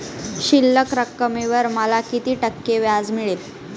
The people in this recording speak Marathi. शिल्लक रकमेवर मला किती टक्के व्याज मिळेल?